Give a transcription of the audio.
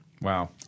Wow